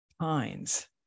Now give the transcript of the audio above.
pines